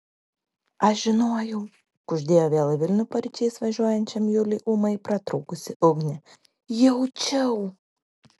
aš žinojau kuždėjo vėl į vilnių paryčiais važiuojančiam juliui ūmai pratrūkusi ugnė jaučiau